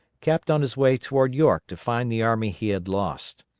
kept on his way toward york to find the army he had lost.